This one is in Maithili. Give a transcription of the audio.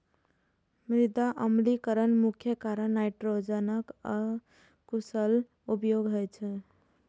मृदा अम्लीकरणक मुख्य कारण नाइट्रोजनक अकुशल उपयोग होइ छै